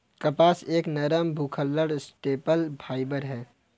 कपास एक नरम, भुलक्कड़ स्टेपल फाइबर है